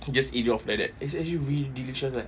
you just eat it off like that it's actually really delicious eh